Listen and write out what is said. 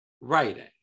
writing